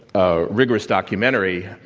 a rigorous documentary